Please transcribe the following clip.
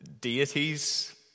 deities